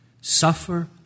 suffer